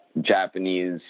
Japanese